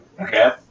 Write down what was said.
Okay